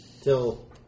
Till